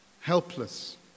helpless